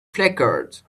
flickered